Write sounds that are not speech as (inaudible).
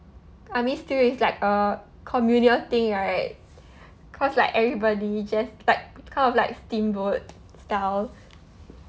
army stew is like a communal thing right (breath) cause like everybody just like kind of like steamboat style